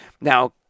Now